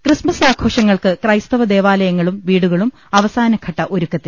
Christmas ആഘോഷങ്ങൾക്ക് ക്രൈസ്തവ ദേവാലയങ്ങളും വീടുകളും അവസാനഘട്ട ഒരുക്കത്തിൽ